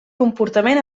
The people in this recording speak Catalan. comportament